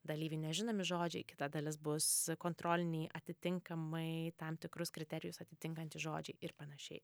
dalyviai nežinomi žodžiai kita dalis bus kontroliniai atitinkamai tam tikrus kriterijus atitinkantys žodžiai ir panašiai